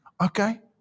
Okay